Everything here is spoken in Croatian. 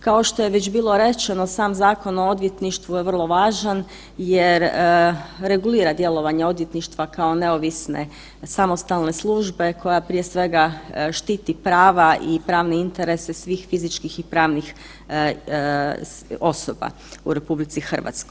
Kao što je već bilo rečeno sam Zakon o odvjetništvu je vrlo važan jer regulira djelovanje odvjetništva kao neovisne samostalne službe koja prije svega štiti prava i pravne interese svih fizičkih i pravnih osobe u RH.